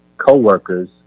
co-workers